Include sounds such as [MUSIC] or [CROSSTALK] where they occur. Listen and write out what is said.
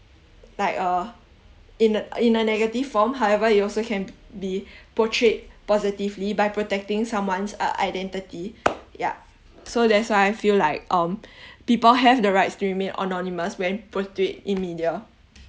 like uh in a in a negative form however it also can be [BREATH] portrayed positively by protecting someone's uh identity [BREATH] ya so that's why I feel like um [BREATH] people have the rights to remain anonymous when portrayed in media